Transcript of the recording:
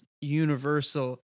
universal